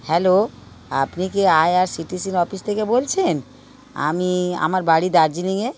hello আপনি কি I R C T সির অফিস থেকে বলছেন আমি আমার বাড়ি দার্জিলিংয়ে